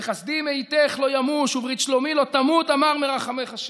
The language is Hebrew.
וחסדי מאתֵך לא ימוש וברית שלומי לא תמוט אמר מרחמך ה'